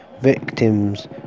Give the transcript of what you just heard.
victims